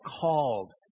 called